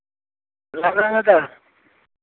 Ram Ram Dada